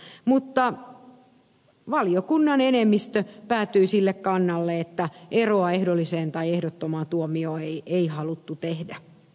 mutta valiokunnan enemmistö päätyi sille kannalle että eroa ehdolliseen ja ehdottomaan tuomioon ei haluttu tehdä